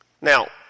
Now